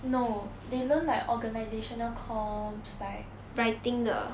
no they learn like organisational comms like